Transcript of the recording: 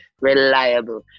reliable